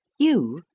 you,